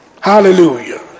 Hallelujah